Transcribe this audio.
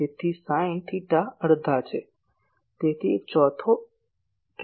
તેથી sine theta અડધા છે તેથી એક ચોથો તેનો અર્થ 0